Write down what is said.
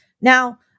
Now